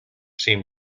seem